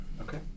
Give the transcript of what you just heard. Okay